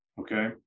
okay